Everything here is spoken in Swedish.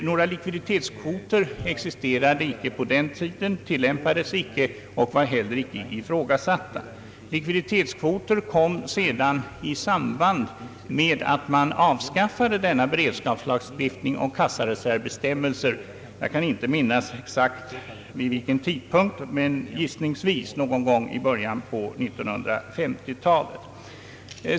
Några likviditetskvoter existerade inte på den tiden och var icke heller ifrågasatta. Likviditetskvoter infördes i samband med att beredskapslagstiftningen om kassareservbestämmelser avskaffades; jag kan inte minnas exakt vid vilken tidpunkt men gissningsvis i början på 1950-talet.